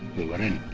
we were in.